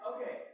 Okay